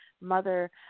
mother